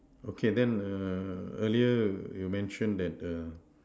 okay then err earlier you mentioned that err